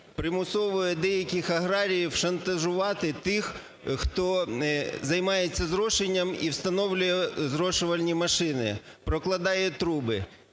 примусовує деяких аграріїв шантажувати тих, хто займається зрошенням і встановлює зрошувальні машини, прокладає труби.